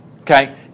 Okay